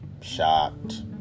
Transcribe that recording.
Shocked